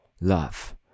love